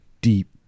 deep